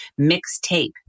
Mixtape